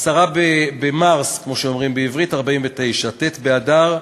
10 במרס, כמו שאומרים בעברית, 1949, ט' באדר,